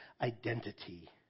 identity